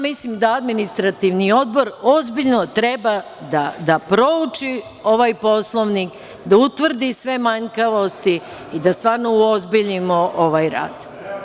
Mislim da Administrativni odbor ozbiljno treba da prouči ovaj Poslovnik, da utvrdi sve manjkavosti i da stvarno uozbiljimo ovaj rad.